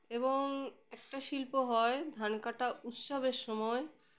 এবং একটা শিল্প হয় ধান কাটা উৎসবের সময়